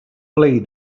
play